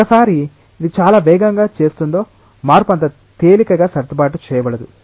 ఒకసారి ఇది చాలా వేగంగా చేస్తోంది మార్పు అంత తేలికగా సర్దుబాటు చేయబడదు